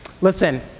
Listen